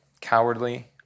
Cowardly